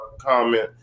comment